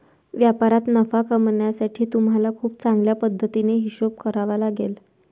व्यापारात नफा कमावण्यासाठी तुम्हाला खूप चांगल्या पद्धतीने हिशोब करावा लागेल